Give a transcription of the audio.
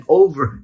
over